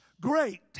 great